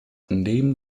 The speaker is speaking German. neben